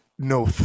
No